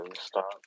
Stop